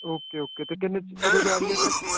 okay okay ਅਤੇ ਕਿੰਨੇ 'ਚ ਕਦੋਂ ਜਾ ਰਹੀ ਹੈ ਇਹ ਟ੍ਰਿੱਪ